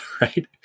right